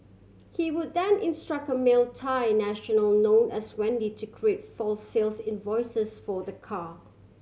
he would then instruct a male Thai national known as Wendy to create false sales invoices for the car